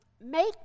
Make